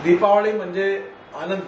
दिपावली म्हणजे आनंद